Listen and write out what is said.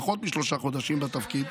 פחות משלושה חודשים בתפקיד,